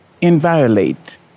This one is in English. inviolate